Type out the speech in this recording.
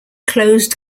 closed